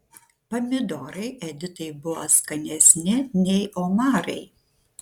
pomidorai editai buvo skanesni nei omarai